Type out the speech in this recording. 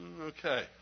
Okay